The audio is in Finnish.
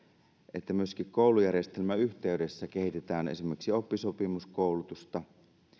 että myöskin koulujärjestelmän yhteydessä kehitetään esimerkiksi oppisopimuskoulutusta